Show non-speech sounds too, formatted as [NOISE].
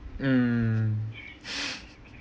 mm [BREATH]